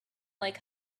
like